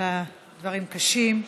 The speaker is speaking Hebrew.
הדברים קשים.